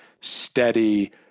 steady